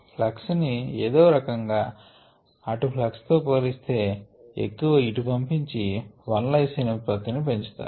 flux ని ఏదోఒక రకంగా అటు ప్లక్స్ తో పోలిస్తే ఎక్కువ ఇటు పంపించి l లైసిన్ ఉత్పత్తి ని పెంచుతారు